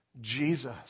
Jesus